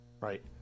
right